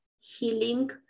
healing